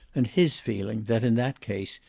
and his feeling that, in that case,